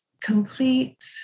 complete